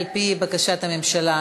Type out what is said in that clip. על-פי בקשת הממשלה,